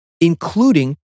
including